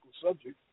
subject